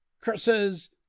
curses